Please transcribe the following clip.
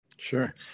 Sure